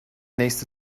nächste